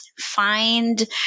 find